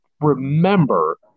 remember